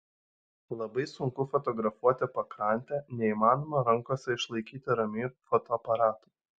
labai sunku fotografuoti pakrantę neįmanoma rankose išlaikyti ramiai fotoaparato